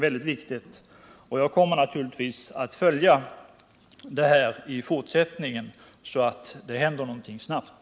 Jag kommer naturligtvis att följa utvecklingen och se om det händer någonting snabbt.